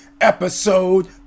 Episode